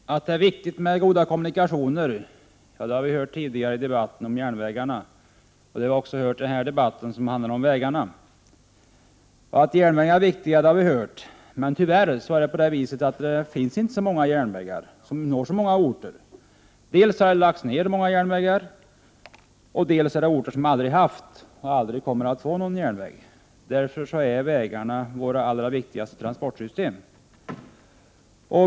Herr talman! Att det är viktigt med goda kommunikationer har vi hört tidigare i debatten om järnvägarna, och det har vi också hört i denna debatt som handlar om vägarna. Järnvägarna är viktiga, men tyvärr finns det inte så många järnvägar som når många orter. Dels har många järnvägar lagts ner, dels finns det orter som aldrig har haft och aldrig kommer att få någon järnväg. Vägarna är därför vårt allra viktigaste transportsystem.